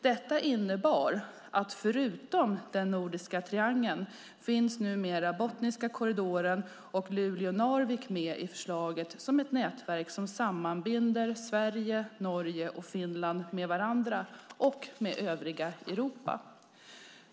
Detta innebar att förutom den nordiska triangeln numera Botniska korridoren och Luleå-Narvik finns med i förslaget som ett nätverk som sammanbinder Sverige, Norge och Finland med varandra och med övriga Europa.